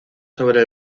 sobre